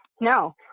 no